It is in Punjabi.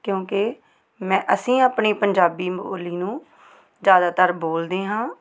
ਕਿਉਂਕਿ ਮੈਂ ਅਸੀਂ ਆਪਣੀ ਪੰਜਾਬੀ ਬੋਲੀ ਨੂੰ ਜ਼ਿਆਦਾਤਰ ਬੋਲਦੇ ਹਾਂ